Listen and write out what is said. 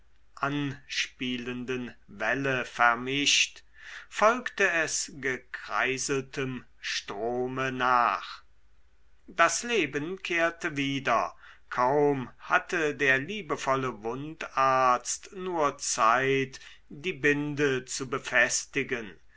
anspielenden welle vermischt folgte es gekreiseltem strome nach das leben kehrte wieder kaum hatte der liebevolle wundarzt nur zeit die binde zu befestigen